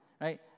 right